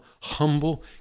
humble